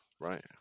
right